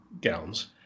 Gowns